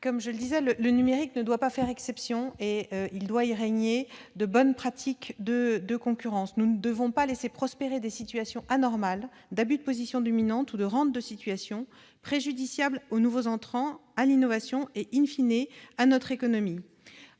Comme je le disais, le numérique ne doit pas faire exception ; il doit y régner de bonnes pratiques de concurrence. Nous ne devons pas laisser prospérer des situations anormales d'abus de position dominante ou de rentes de situation, préjudiciables aux nouveaux entrants, à l'innovation et,, à notre économie.